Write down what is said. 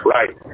Right